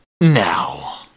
Now